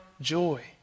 joy